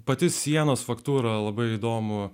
pati sienos faktūra labai įdomu